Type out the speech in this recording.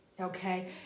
Okay